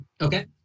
Okay